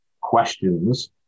questions